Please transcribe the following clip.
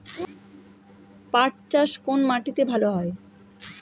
পাট চাষ কোন মাটিতে ভালো হয়?